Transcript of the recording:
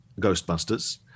Ghostbusters